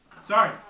Sorry